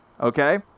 okay